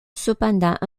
cependant